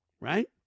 Right